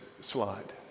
slide